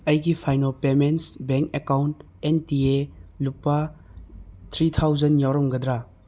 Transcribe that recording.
ꯑꯩꯒꯤ Fino payments bank account N T A ꯂꯨꯄꯥ three thousand ꯌꯥꯎꯔꯝꯒꯗ꯭ꯔ